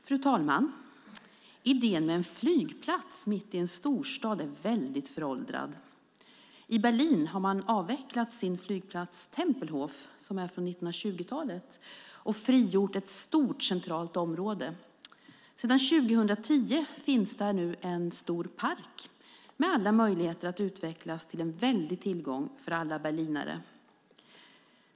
Fru talman! Idén med en flygplats mitt i en storstad är föråldrad. I Berlin har man avvecklat flygplatsen Tempelhof från 1920-talet. Därmed har ett stort centralt område frigjorts. Sedan 2010 finns där nu en stor park med alla möjligheter att utvecklas till en väldig tillgång för alla berlinare.